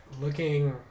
looking